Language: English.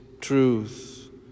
truth